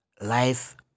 life